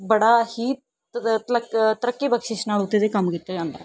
ਬੜਾ ਹੀ ਤਲੱਕ ਤਰੱਕੀ ਬਖਸ਼ਿਸ ਨਾਲ਼ ਉਹਦੇ 'ਤੇ ਕੰਮ ਕੀਤਾ ਜਾਂਦਾ ਹੈ